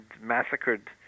massacred